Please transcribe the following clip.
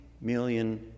million